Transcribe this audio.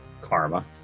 karma